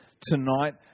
tonight